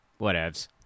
Whatevs